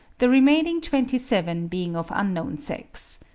the remaining twenty seven being of unknown sex.